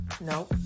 No